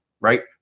right